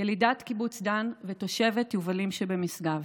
ילידת קיבוץ דן ותושבת יובלים שבמשגב.